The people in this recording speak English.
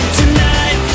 tonight